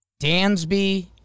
Dansby